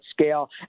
scale